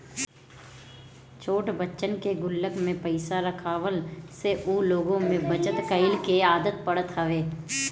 छोट बच्चन के गुल्लक में पईसा रखवला से उ लोग में बचत कइला के आदत पड़त हवे